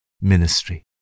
ministry